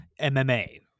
MMA